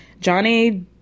Johnny